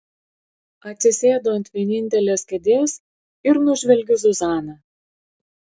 atsisėdu ant vienintelės kėdės ir nužvelgiu zuzaną